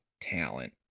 talent